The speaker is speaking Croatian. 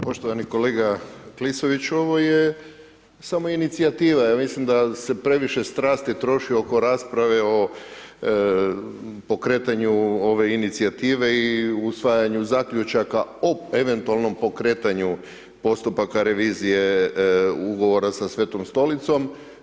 Poštovani kolega Klisoviću ovo je samoinicijativa, ja mislim da se previše strasti troši oko rasprave o pokretanju ove inicijative i usvajanju zaključaka o eventualnom pokretanju postupaka revizije ugovora sa Svetom Stolicom.